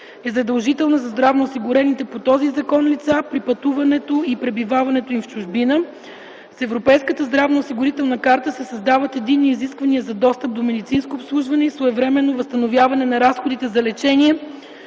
е задължителна за здравноосигурените по този закон лица при пътуването и пребиваването им в чужбина. С Европейската здравноосигурителна карта се създават единни изисквания за достъп до медицинско обслужване и своевременно възстановяване на разходите за лечение